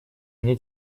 мне